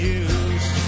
use